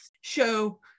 show